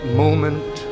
moment